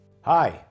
Hi